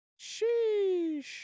sheesh